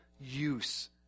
use